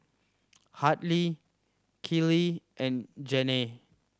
Hadley Keely and Janay